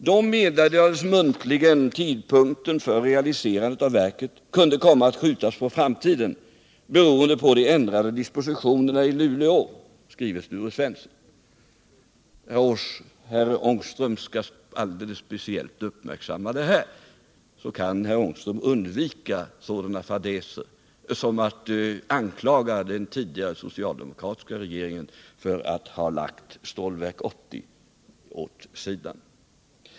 Då meddelades muntligen att tidpunkten för realiserandet av verket kunde komma att skjutas på framtiden, beroende på de ändrade dispositionerna i Luleå, skriver Sture Svensson. Herr Ångström skall alldeles speciellt uppmärksamma det här, så kan herr Ångström undvika sådana fadäser som att anklaga den tidigare socialdemokratiska regeringen för att ha lagt Stålverk 80 åt sidan.